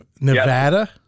Nevada